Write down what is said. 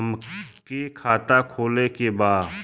हमके खाता खोले के बा?